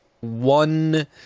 one